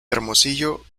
hermosillo